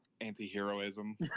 anti-heroism